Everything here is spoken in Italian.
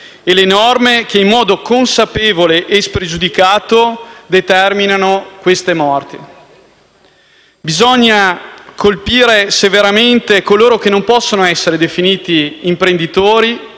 e le norme che in modo consapevole e spregiudicato determinano queste morti. Bisogna colpire severamente coloro che non possono essere definiti imprenditori,